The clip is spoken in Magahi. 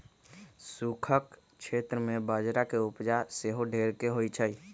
सूखक क्षेत्र में बजरा के उपजा सेहो ढेरेक होइ छइ